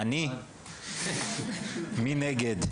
מי נגד?